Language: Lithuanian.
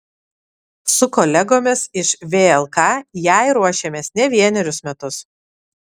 su kolegomis iš vlk jai ruošėmės ne vienerius metus